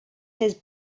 his